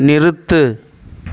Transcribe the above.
நிறுத்து